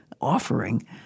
offering